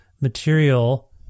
material